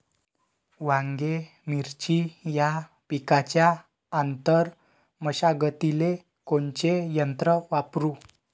वांगे, मिरची या पिकाच्या आंतर मशागतीले कोनचे यंत्र वापरू?